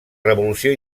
revolució